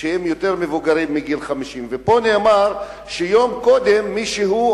שהם יותר מבוגרים מגיל 50. ופה נאמר שיום קודם מישהו,